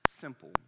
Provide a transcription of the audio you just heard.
simple